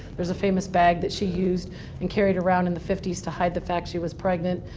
there's a famous bag that she used and carried around in the fifty s to hide the fact she was pregnant.